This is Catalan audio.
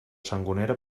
sangonera